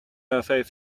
effet